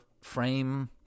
frame